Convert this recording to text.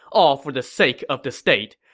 all for the sake of the state.